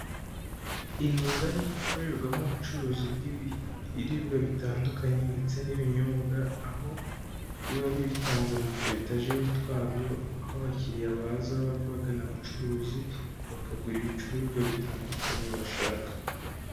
Inzu ngari ikorerwamo ubucuruzi bw'ibiribwa bitandukanye ndetse n'ibinyobwa, aho biba bipanze mu tuyetajeri twabyo, aho abakiriya baza bagana abacuruzi bakagura ibicuruzwa bitandukanye bashaka.